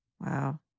Wow